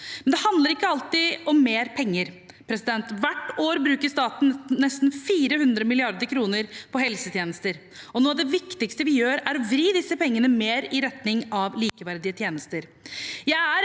Men det handler ikke alltid om mer penger. Hvert år bruker staten nesten 400 mrd. kr på helsetjenester, og noe av det viktigste vi gjør, er å vri disse pengene mer i retning av likeverdige tjenester.